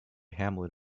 hamlet